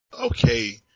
okay